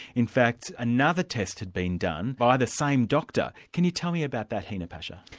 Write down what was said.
in fact another test had been done by the same doctor. can you tell me about that, hina pasha?